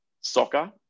soccer